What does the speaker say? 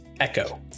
Echo